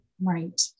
Right